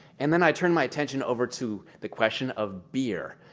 and then i turned my attention over to the question of beer.